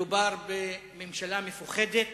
מדובר בממשלה מפוחדת,